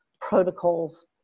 protocols